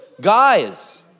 guys